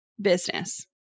business